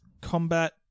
combat